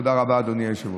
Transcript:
תודה רבה, אדוני היושב-ראש.